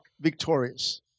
victorious